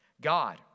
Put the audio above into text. God